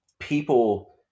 People